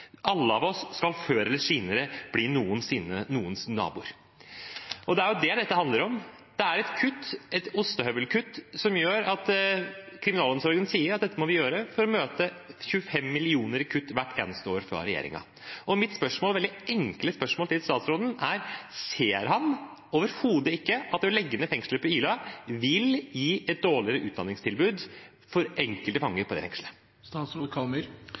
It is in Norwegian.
eller senere skal de fleste av oss bli noens nabo». Det er jo det dette handler om. Det er et kutt, et ostehøvelkutt som gjør at kriminalomsorgen sier at dette må de gjøre for å møte 25 mill. kr i kutt hvert eneste år fra regjeringen. Mitt veldig enkle spørsmål til statsråden er: Ser han overhodet ikke at det å legge ned kjøkkenet på Ila fengsel vil gi et dårligere utdanningstilbud for enkelte fanger i det